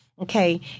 Okay